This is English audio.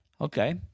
Okay